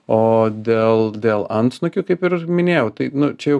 o dėl dėl antsnukių kaip ir minėjau tai čia jau